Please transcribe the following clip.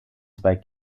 zwei